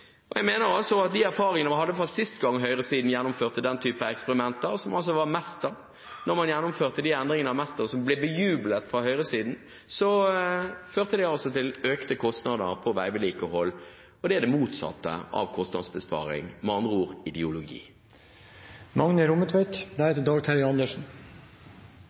kostnadene. Jeg mener altså at de erfaringene man hadde fra sist gang høyresiden gjennomførte den typen eksperimenter, som altså var Mesta – da man gjennomførte de endringene av Mesta som ble bejublet fra høyresiden – førte det altså til økte kostnader til veivedlikehold, og det er det motsatte av kostnadsbesparing – med andre ord: ideologi.